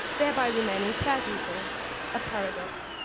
thereby remaining pleasurable a paradox.